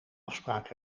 afspraak